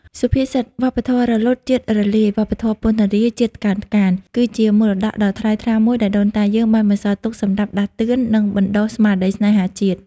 សុភាសិត «វប្បធម៌រលត់ ជាតិរលាយ វប្បធម៌ពណ្ណរាយ ជាតិថ្កើងថ្កាន» គឺជាមរតកដ៏ថ្លៃថ្លាមួយដែលដូនតាយើងបានបន្សល់ទុកសម្រាប់ដាស់តឿន និងបណ្ដុះស្មារតីស្នេហាជាតិ។